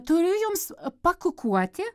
turiu jums pakukuoti